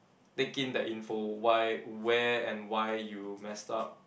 take in that info why where and why you messed up